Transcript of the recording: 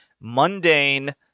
mundane